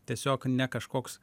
tiesiog ne kažkoks